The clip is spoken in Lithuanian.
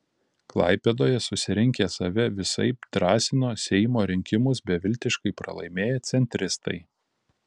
klaipėdoje susirinkę save visaip drąsino seimo rinkimus beviltiškai pralaimėję centristai